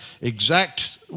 exact